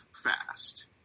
fast